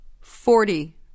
Forty